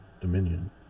Dominion